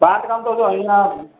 બાંધકામ તો જો અહીંના